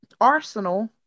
arsenal